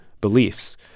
beliefs